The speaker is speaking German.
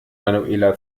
manuela